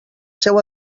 seua